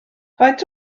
faint